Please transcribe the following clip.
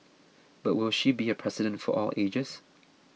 but will she be a president for all ages